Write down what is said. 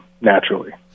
naturally